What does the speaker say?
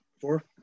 Four